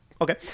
okay